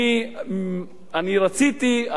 אני רציתי,